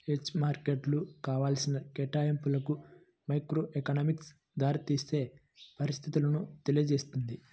స్వేచ్ఛా మార్కెట్లు కావాల్సిన కేటాయింపులకు మైక్రోఎకనామిక్స్ దారితీసే పరిస్థితులను తెలియజేస్తుంది